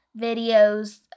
videos